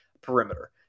perimeter